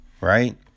Right